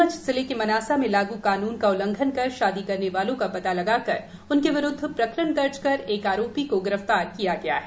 नीमच जिले के मनासा में लागू कानून का उल्लंघन कर शादी करने वालो का पता लगा कर उनके विरुद्ध प्रकरण दर्ज कर एक आऱोपी को गिरफ्तार किया गया है